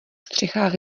střechách